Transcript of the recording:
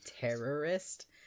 terrorist